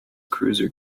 cruiser